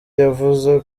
yavuze